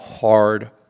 hard